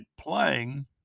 playing